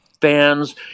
fans